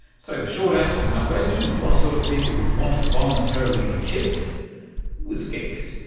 so the short answer to my question what sort of people would want to voluntarily be chipped was geeks.